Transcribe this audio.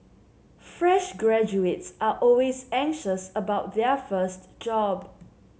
fresh graduates are always anxious about their first job